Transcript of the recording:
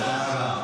ספר.